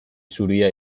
zuria